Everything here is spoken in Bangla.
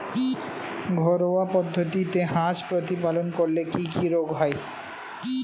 ঘরোয়া পদ্ধতিতে হাঁস প্রতিপালন করলে কি কি রোগ হয়?